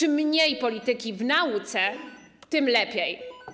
Im mniej polityki w nauce, tym lepiej.